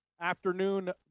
afternoon